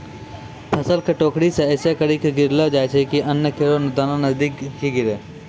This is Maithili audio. फसल क टोकरी सें ऐसें करि के गिरैलो जाय छै कि अन्न केरो दाना नजदीके ही गिरे